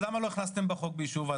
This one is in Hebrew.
אז למה לא הכנסתם בחוק באישור ועדה?